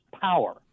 power